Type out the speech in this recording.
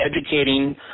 educating